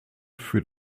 für